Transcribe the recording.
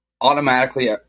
automatically